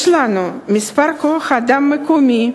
יש לנו מספיק כוח-אדם מקומי,